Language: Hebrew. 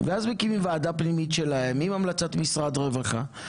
ואז מקימים וועדה פנימית שלהם עם המלצת משרד רווחה.